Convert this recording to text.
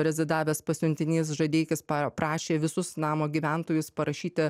rezidavęs pasiuntinys žadeikis paprašė visus namo gyventojus parašyti